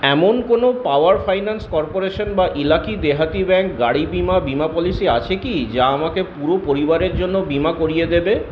এমন কোনো power finance corporation বা ইলাকি দেহাতি ব্যাঙ্ক গাড়ি বিমা বিমা পলিসি আছে কি যা আমাকে পুরো পরিবারের জন্য বিমা করিয়ে দেবে